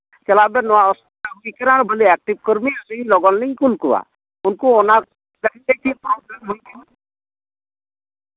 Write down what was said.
ᱪᱟᱞᱟᱜ ᱵᱮᱱ ᱱᱚᱣᱟ ᱠᱟᱹᱢᱤ ᱠᱚᱨᱢᱤ ᱮᱠᱴᱤᱵᱷ ᱠᱚᱨᱢᱤ ᱟᱹᱞᱤᱧ ᱟᱹᱰᱤ ᱞᱚᱜᱚᱱ ᱞᱤᱧ ᱠᱩᱞ ᱠᱚᱣᱟ ᱩᱱᱠᱩ ᱚᱱᱟ ᱞᱟᱹᱜᱤᱫ ᱛᱮᱜᱮ